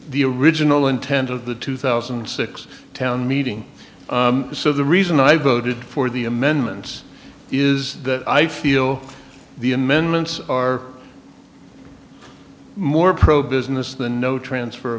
the original intent of the two thousand and six town meeting so the reason i voted for the amendments is that i feel the amendments are more pro business than no